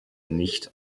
nicht